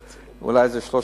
אולי 300 מטר,